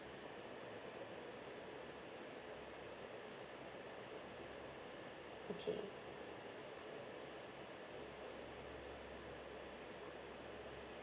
okay